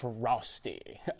frosty